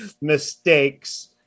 mistakes